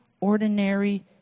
ordinary